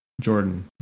Jordan